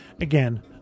Again